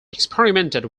experimented